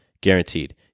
Guaranteed